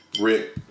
Rick